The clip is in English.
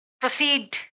proceed